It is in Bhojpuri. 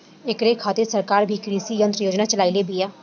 ऐकरे खातिर सरकार भी कृषी यंत्र योजना चलइले बिया